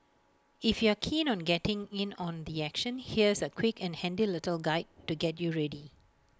if you're keen on getting in on the action here's A quick and handy little guide to get you ready